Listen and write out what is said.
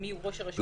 מיהו ראש הרשות?